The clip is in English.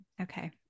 Okay